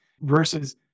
versus